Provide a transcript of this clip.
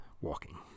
walking